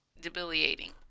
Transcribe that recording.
Debilitating